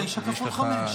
תשע כפול חמש, לא?